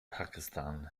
pakistan